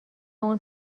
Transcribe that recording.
اون